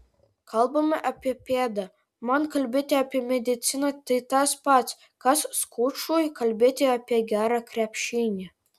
kalbame apie pėdą man kalbėti apie mediciną tai tas pats kas skučui kalbėti apie gerą krepšinį